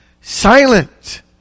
silent